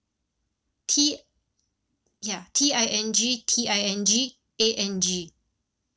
T ya T I N G T I N G A N G